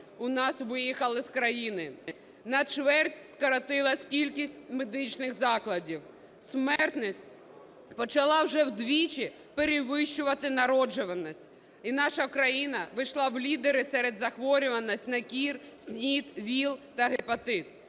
у нас виїхали з країни. На чверть скоротилась кількість медичних закладів. Смертність почала вже вдвічі перевищувати народжуваність. І наша країна увійшла в лідери серед захворюваності на кір, СНІД/ВІЛ та гепатит.